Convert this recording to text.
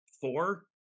four